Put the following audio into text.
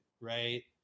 Right